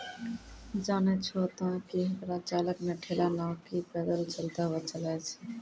जानै छो तोहं कि हेकरा चालक नॅ ठेला नाकी पैदल चलतॅ हुअ चलाय छै